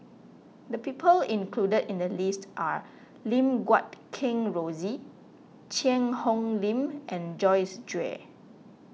the people included in the list are Lim Guat Kheng Rosie Cheang Hong Lim and Joyce Jue